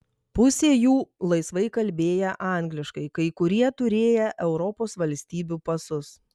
pusė jų laisvai kalbėję angliškai kai kurie turėję europos valstybių pasus